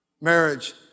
marriage